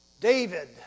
David